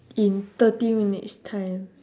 in thirty minutes time